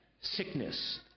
sickness